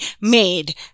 made